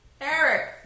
Eric